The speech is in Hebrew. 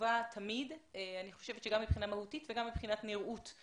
תמיד חשובה גם מבחינה מהותית וגם מבחינת נראות.